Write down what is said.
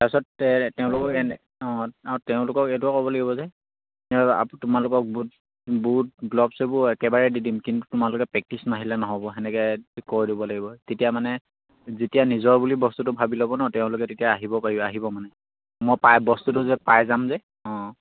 তাৰপাছত তেওঁলোকক অঁ তেওঁলোকক এইটোও ক'ব লাগিব যে তোমালোকক বুট বুট গ্লভচ এইবোৰ একেবাৰে দি দিম কিন্তু তোমালোকে প্ৰেক্টিছ নাহিলে নহ'ব সেনেকে কৈ দিব লাগিব তেতিয়া মানে যেতিয়া নিজৰ বুলি বস্তুটো ভাবি ল'ব ন তেওঁলোকে তেতিয়া আহিব পাৰ আহিব মানে মই পাই বস্তুটো যে পাই যাম যে অঁ